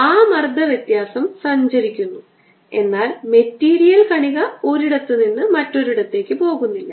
ആ മർദ്ദ വ്യത്യാസം സഞ്ചരിക്കുന്നു എന്നാൽ മെറ്റീരിയൽ കണിക ഒരിടത്തുനിന്ന് മറ്റൊരിടത്തേക്ക് പോകുന്നില്ല